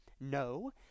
No